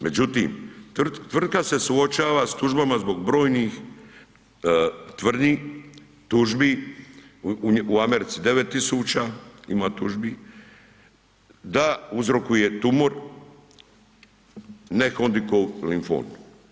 Međutim, tvrtka se suočava s tužbama zbog brojnih tvrdnji tužbi u Americi 9000 ima tužbi da uzrokuje tumor, Ne-Hodgkinov limfom.